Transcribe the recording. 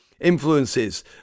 Influences